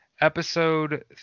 episode